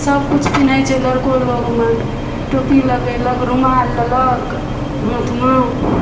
सभ कुछ पीन्हैत छै लड़को लोगमे टोपी लगेलक रुमाल लेलक हाथमऽ